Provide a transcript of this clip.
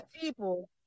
people